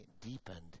deepened